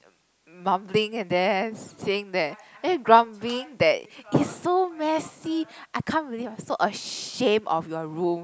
mumbling and then saying that then grumbling that it's so messy I can't believe I'm so ashamed of your room